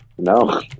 No